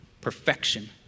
perfection